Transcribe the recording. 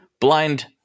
blind